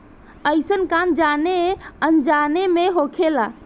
अइसन काम जाने अनजाने मे होखेला